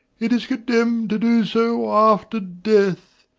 it is condemned to do so after death.